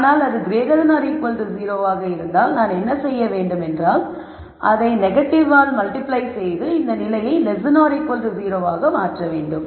ஆனால் அது ஆக இருந்தால் நான் என்ன செய்ய வேண்டுமென்றால் அதை நெகட்டிவ்வால் மல்டிப்ளை செய்து இந்த நிலையை 0 ஆக மாற்ற வேண்டும்